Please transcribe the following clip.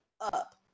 up